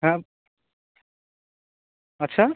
হ্যাঁ আচ্ছা